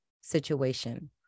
situation